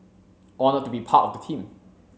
honoured to be part of the team